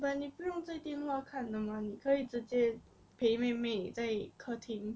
but 你不用在电话看的 mah 你可以直接陪妹妹在客厅